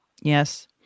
Yes